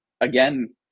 again